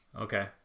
okay